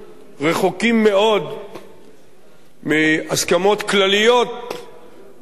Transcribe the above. מאוד מהסכמות כלליות לגבי הפתרון.